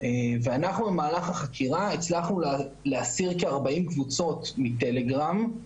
ואנחנו במהלך החקירה הצלחנו להסיר כ-40 קבוצות מטלגרם,